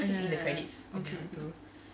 ya ya ya okay